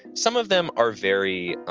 some of them are very